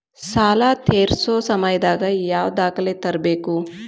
ಸಾಲಾ ತೇರ್ಸೋ ಸಮಯದಾಗ ಯಾವ ದಾಖಲೆ ತರ್ಬೇಕು?